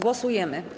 Głosujemy.